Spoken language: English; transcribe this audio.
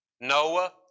Noah